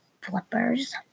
flippers